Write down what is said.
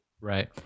Right